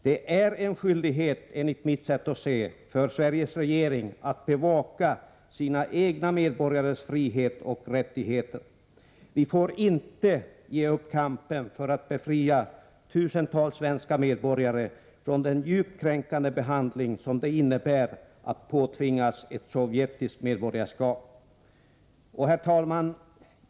Det är en skyldighet, enligt mitt sätt att se, för Sveriges regering att bevaka sina egna medborgares frihet och rättigheter. Vi får inte ge upp kampen för att befria tusentals svenska medborgare från den djupt kränkande behandling som det innebär att påtvingas ett sovjetiskt medborgarskap. Herr talman!